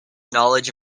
knowledge